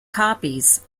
copies